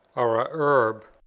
or a herb,